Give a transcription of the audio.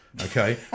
okay